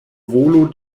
volo